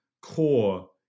core